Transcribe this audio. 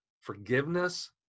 forgiveness